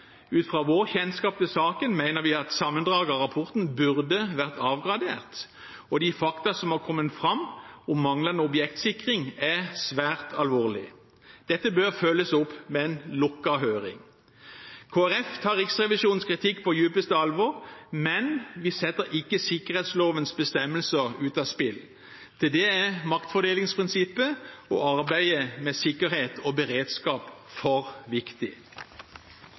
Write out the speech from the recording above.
Ut fra vår kjennskap til saken mener vi sammendraget av rapporten burde vært avgradert, og de faktaene som har kommet fram om manglende objektsikring, er svært alvorlige. Dette bør følges opp med en lukket høring. Kristelig Folkeparti tar Riksrevisjonens kritikk på dypeste alvor, men vi setter ikke sikkerhetslovens bestemmelser ut av spill. Til det er maktfordelingsprinsippet og arbeidet med sikkerhet og beredskap for viktig.